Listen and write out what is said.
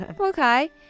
Okay